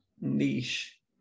niche